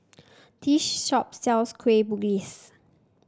this shop sells Kueh Bugis